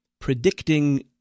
predicting